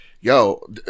yo